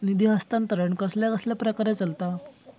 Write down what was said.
निधी हस्तांतरण कसल्या कसल्या प्रकारे चलता?